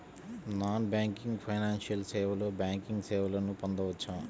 Non banking financial సేవలో banking సేవలను పొందవచ్చా?